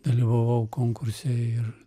dalyvavau konkurse ir